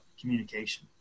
communication